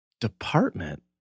Department